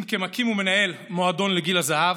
אם כמקים ומנהל מועדון לגיל הזהב,